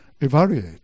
evaluate